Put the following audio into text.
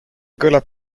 kõlab